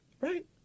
Right